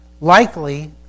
Likely